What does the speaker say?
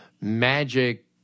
magic